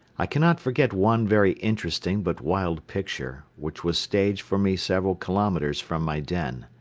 i cannot forget one very interesting but wild picture, which was staged for me several kilometres from my den.